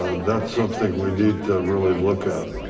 ah that's something we need to really look at.